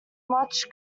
much